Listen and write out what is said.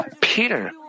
Peter